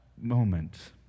moment